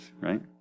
right